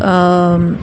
हां